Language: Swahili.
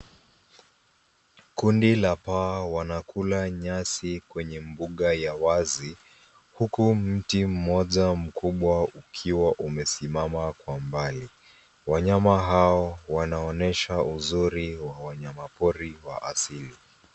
Kundi la pawa wanakula nyasi kwenye mbuga ya wazi huku mti mmoja mkubwa ukiwa umesimama kwa mbali. Wanyama hao wanonyesha uzuri wa wanyama pori wa asili.